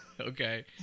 Okay